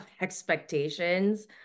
expectations